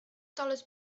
dollars